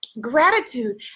gratitude